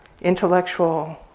intellectual